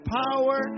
power